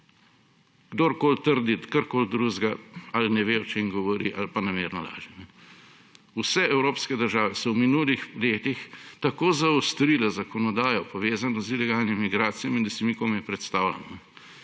Kdorkoli trdi karkoli drugega, ali ne ve, o čem govori, ali pa namerno laže. Vse evropske države so v minulih letih tako zaostrile zakonodajo, povezano z ilegalnimi migracijami, da si mi komaj predstavljamo.